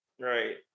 Right